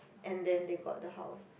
and then they got the house